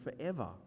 forever